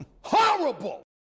Horrible